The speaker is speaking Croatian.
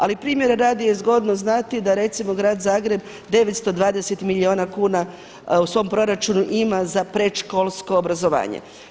Ali primjera radi je zgodno znati, da recimo grad Zagreb 920 milijuna kuna u svom proračunu ima za predškolsko obrazovanje.